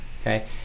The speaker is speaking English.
Okay